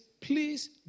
please